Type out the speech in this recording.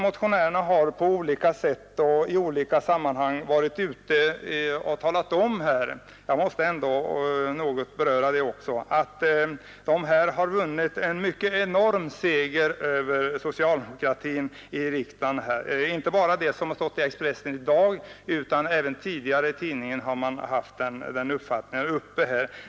Motionärerna har på olika sätt och i olika sammanhang varit ute och talat om — jag måste ändå något beröra det också — att de har vunnit en enorm seger över socialdemokratin i riksdagen. Jag syftar inte bara på det som står i Expressen i dag, utan även tidigare har denna uppfattning redovisats i tidningspressen.